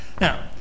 Now